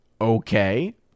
okay